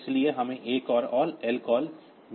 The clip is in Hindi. इसलिए हमें अकाल और लकाल मिला है